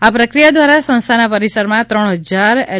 આ પ્રક્રિયા દ્વારા સંસ્થાના પરિસરમાં ત્રણ હજાર એલ